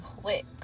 quick